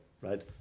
right